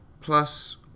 plus